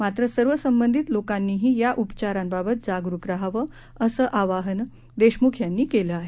मात्र सर्व संबंधित लोकांनीही या उपचारांबाबत जागरुक रहावं असं आवाहनही देशमुख यांनी केलं आहे